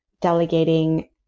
delegating